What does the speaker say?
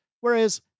whereas